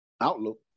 outlook